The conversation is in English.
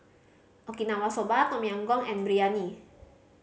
Okinawa Soba Tom Yam Goong and Biryani